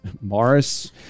Morris